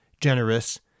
generous